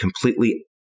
completely